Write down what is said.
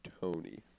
Tony